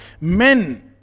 Men